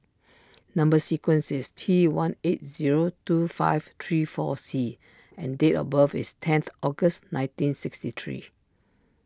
Number Sequence is T one eight zero two five three four C and date of birth is tenth August nineteen sixty three